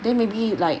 they maybe like